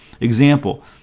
Example